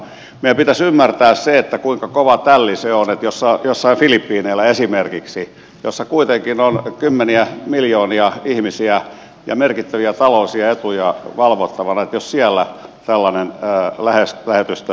meidän pitäisi ymmärtää se kuinka kova tälli se on jos jossain filippiineillä esimerkiksi missä kuitenkin on kymmeniä miljoonia ihmisiä ja merkittäviä taloudellisia etuja valvottavana tällainen lähetystö suljetaan